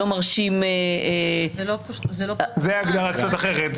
זה הגדרה קצת אחרת.